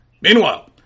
meanwhile